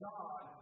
God